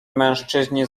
mężczyźni